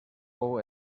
fou